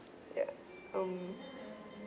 ya um